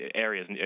areas